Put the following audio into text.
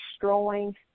destroying